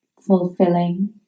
fulfilling